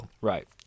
Right